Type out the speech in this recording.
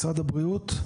משרד הבריאות.